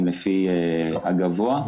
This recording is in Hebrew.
לפי הגבוה,